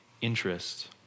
interest